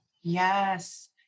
Yes